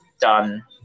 done